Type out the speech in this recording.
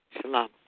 Shalom